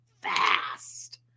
fast